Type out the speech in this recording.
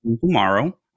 tomorrow